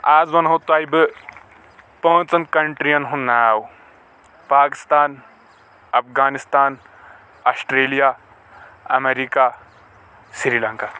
اَز ونہٕ ہو تۄہہِ بہٕ پانٛژن کنٹرین ہُنٛد ناو پاکستان افغانستان آسٹریلیا امیریٖکہ سری لنکا